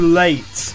late